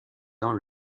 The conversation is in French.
dans